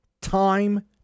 time